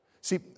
See